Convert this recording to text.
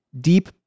deep